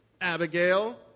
Abigail